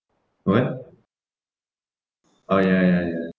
what oh ya ya ya